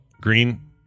Green